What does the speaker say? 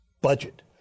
budget